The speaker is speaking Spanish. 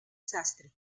sastre